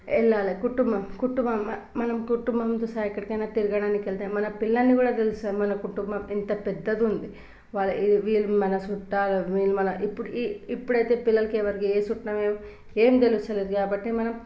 వెళ్ళాలే కుటుంబం కుటుంబం మనం కుటుంబంతో సహా ఎక్కడికైనా తిరగడానికెళ్తే మన పిల్లల్ని కూడా తెలుస్తుంది మన కుటుంబం ఇంత పెద్దదుంది వాళ్ళ వీళ్ళు వీళ్ళు మన చుట్టాలు వీళ్ళు మన ఇప్పుడు ఈ ఇప్పుడైతే పిల్లలకి ఎవరికి ఏ చుట్టం ఏం ఏం తెలుస్తలేదు కాబట్టి మనం